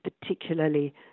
particularly